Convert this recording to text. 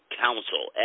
Council